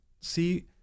See